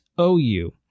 OU